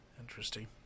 Interesting